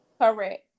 Correct